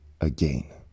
again